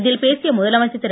இதில் பேசிய முதலமைச்சர் திரு